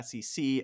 SEC